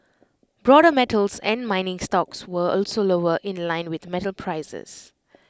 broader metals and mining stocks were also lower in line with metal prices